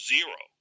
Zero